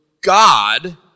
God